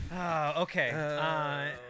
Okay